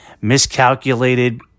miscalculated